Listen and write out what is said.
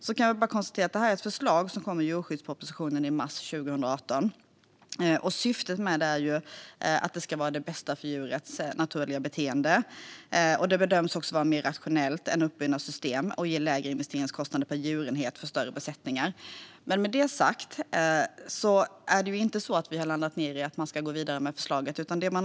Jag kan konstatera att det är ett förslag som kom i djurskyddspropositionen i mars 2018. Syftet med det är att det ska vara det bästa för djurets naturliga beteende. Det bedöms också vara mer rationellt än uppbundna system och ge lägre investeringskostnad per djurenhet för större besättningar. Men med det sagt kan jag säga att det inte är så att vi har landat i att man ska gå vidare med förslaget.